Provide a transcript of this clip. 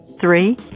Three